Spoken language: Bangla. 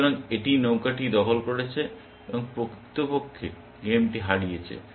সুতরাং এটি নৌকাকে দখল করেছে এবং প্রকৃতপক্ষে গেমটি হারিয়েছে